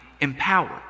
empowered